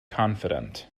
confident